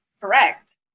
correct